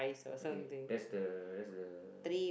okay that's the that's the